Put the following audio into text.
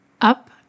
up